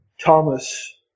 Thomas